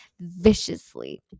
viciously